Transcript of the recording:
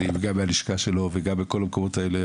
וגם מהלשכה שלו וגם מכל המקומות האלה,